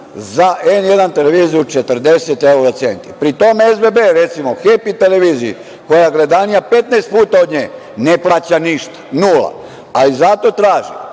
za N1 televiziju 40 evra centi. Pri tome, SBB, recimo, „Hepi“ televiziji koja je gledanija 15 puta od nje, ne plaća ništa, nula, ali zato traži